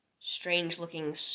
strange-looking